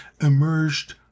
emerged